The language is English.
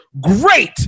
great